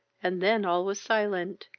and then all was silent.